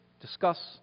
discuss